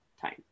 time